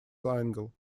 single